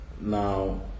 now